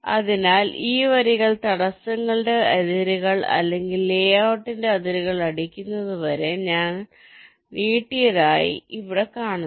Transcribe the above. അതിനാൽ ഈ വരികൾ തടസ്സങ്ങളുടെ അതിരുകൾ അല്ലെങ്കിൽ ലേഔട്ടിന്റെ അതിരുകൾ അടിക്കുന്നത് വരെ ഞങ്ങൾ നീട്ടിയതായി നിങ്ങൾ ഇവിടെ കാണുന്നു